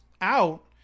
out